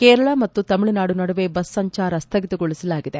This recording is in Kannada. ಕೇರಳ ಮತ್ತು ತಮಿಳುನಾಡು ನಡುವೆ ಬಸ್ ಸಂಚಾರವನ್ನು ಸ್ಥಗಿತಗೊಳಿಸಲಾಗಿದೆ